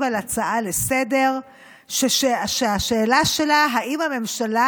על הצעה לסדר-היום שהשאלה שלה היא אם הממשלה